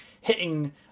hitting